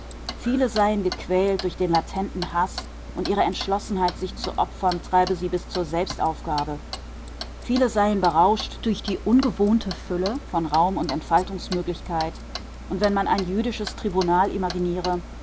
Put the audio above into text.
viele seien gequält durch den latenten haß und ihre entschlossenheit sich zu opfern treibe sie bis zur selbstaufgabe viele seien berauscht durch die ungewohnte fülle von raum und entfaltungsmöglichkeit und wenn man ein jüdisches tribunal imaginiere